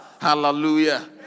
Hallelujah